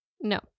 no